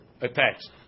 attached